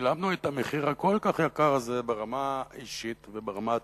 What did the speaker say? ושילמנו את המחיר הכל-כך יקר הזה ברמה אישית וברמה תנועתית,